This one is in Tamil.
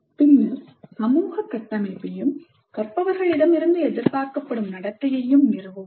பின்னர் சமூக கட்டமைப்பையும் கற்பவர்களிடம் எதிர்பார்க்கப்படும் நடத்தையையும் நிறுவவும்